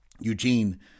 Eugene